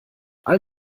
all